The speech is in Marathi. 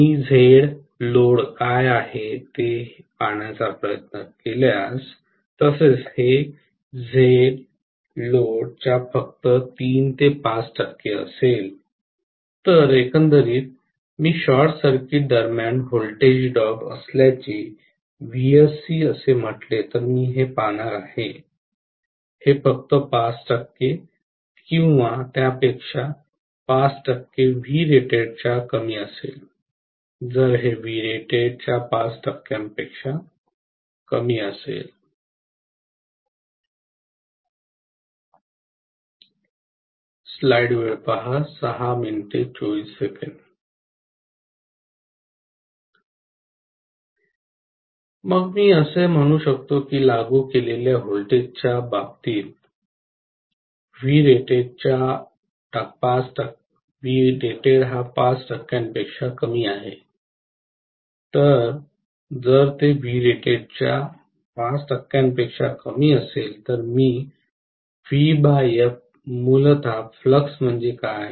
मी ZLoad काय आहे ते पाहण्याचा प्रयत्न केल्यास तसेच हे ZLoad च्या फक्त 3 ते 5 टक्के असेल तर एकंदरीत मी शॉर्ट सर्किट दरम्यान व्होल्टेज ड्रॉप असल्याचे VSC असे म्हटले तर मी हे पाहणार आहे हे फक्त 5 टक्के किंवा त्यापेक्षा 5 टक्के Vrated च्या कमी असेल जर हे Vrated च्या 5 टक्क्यांपेक्षा कमी असेल मग मी असे म्हणू शकतो की लागू केलेल्या व्होल्टेजच्या बाबतीत Vrated च्या 5 टक्क्यांपेक्षा कमी आहे तर जर ते Vrated च्या 5 टक्क्यांपेक्षा कमी असेल तर मी मूलत फ्लक्स म्हणजे काय